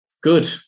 Good